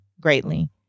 greatly